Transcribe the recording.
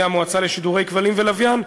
המועצה לשידורי כבלים ולשידורי לוויין,